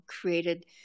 created